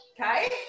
okay